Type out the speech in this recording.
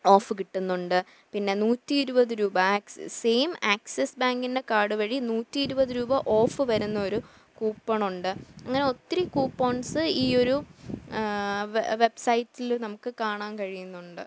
of കിട്ടുന്നുണ്ട് പിന്നെ നൂറ്റി ഇരുപത് രൂപ ആക്സിസ് സെയിം ആക്സിസ് ബാങ്കിൻ്റെ കാർഡു വഴി നൂറ്റി ഇരുപത് രൂപ ഓഫ് വരുന്ന ഒരു കൂപ്പണുണ്ട് അങ്ങനെ ഒത്തിരി കൂപ്പൺസ് ഈയൊരു വെബ്സൈറ്റിൽ നമുക്ക് കാണാൻ കഴിയുന്നുണ്ട്